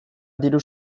diru